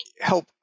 help